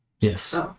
Yes